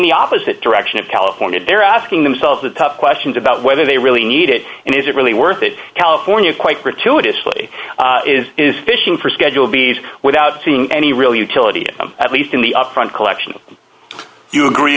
the opposite direction of california they're asking themselves the tough questions about whether they really need it and is it really worth it california quite gratuitously is is fishing for schedule b s without seeing any real utility at least in the upfront collection of you agree